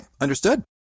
Understood